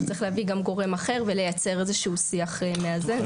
הוא צריך להביא גם גורם אחר ולייצר איזשהו שיח מאזן.